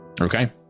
Okay